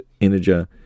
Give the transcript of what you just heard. integer